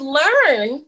learn